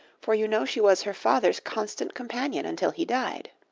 for you know she was her father's constant companion until he died.